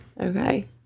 Okay